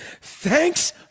thanks